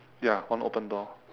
ya one open door